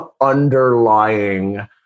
underlying